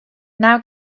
now